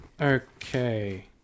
Okay